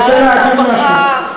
מערכת הרווחה,